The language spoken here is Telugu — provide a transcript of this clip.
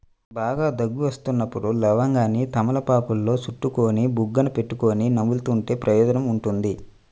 బాగా దగ్గు వస్తున్నప్పుడు లవంగాన్ని తమలపాకులో చుట్టుకొని బుగ్గన పెట్టుకొని నములుతుంటే ప్రయోజనం ఉంటుంది